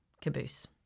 Caboose